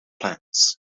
plants